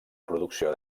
producció